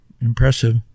impressive